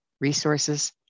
resources